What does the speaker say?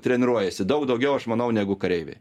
treniruojasi daug daugiau aš manau negu kareiviai